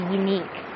unique